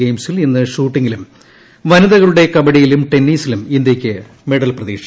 ഗെയിംസിൽ ഇന്ന് ഷൂട്ടിംഗിലും വനിതകളുടെ കബഡിയിലും ടെന്നീസിലും ഇന്ത്യയ്ക്ക് മെഡൽ പ്രതീക്ഷ